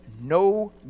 no